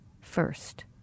first